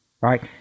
Right